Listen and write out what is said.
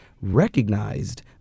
recognized